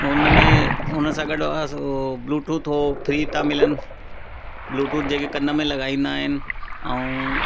उन में उन सां गॾु उहे ब्लूटूथ हो फ्री था मिलनि ब्लूटूथ जेके कनि में लॻाईंदा आहिनि अऊं